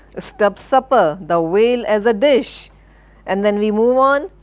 stubbis supper, the whale as a dish and then we move on.